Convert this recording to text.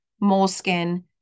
moleskin